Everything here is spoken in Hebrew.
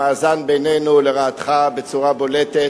המאזן בינינו הוא לרעתך בצורה בולטת,